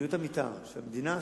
תוכניות המיתאר שהמדינה עשתה,